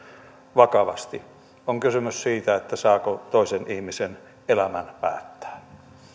vakavasti on kysymys siitä saako toisen ihmisen elämän päättää